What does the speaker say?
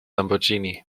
lamborghini